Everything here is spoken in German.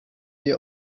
wie